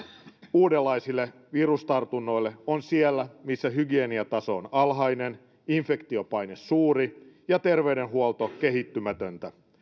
uudenlaisille virustartunnoille on siellä missä hygieniataso on alhainen infektiopaine suuri ja terveydenhuolto kehittymätöntä